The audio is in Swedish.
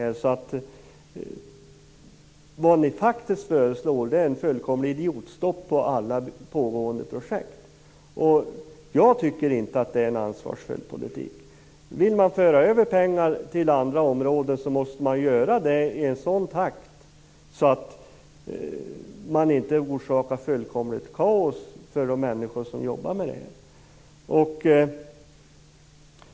Ni föreslår ju faktiskt ett fullständigt idiotstopp för alla pågående projekt. Jag tycker inte att det är en ansvarsfull politik. Vill man föra över pengar till andra områden måste man göra det i en sådan takt att man inte orsakar fullkomligt kaos för de människor som jobbar med detta.